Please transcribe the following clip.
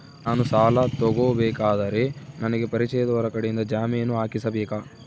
ನಾನು ಸಾಲ ತಗೋಬೇಕಾದರೆ ನನಗ ಪರಿಚಯದವರ ಕಡೆಯಿಂದ ಜಾಮೇನು ಹಾಕಿಸಬೇಕಾ?